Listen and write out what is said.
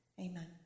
Amen